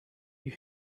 you